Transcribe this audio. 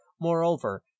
moreover